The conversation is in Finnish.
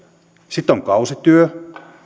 sitten on kausityö